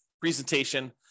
presentation